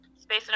space